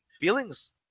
feelings